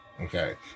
Okay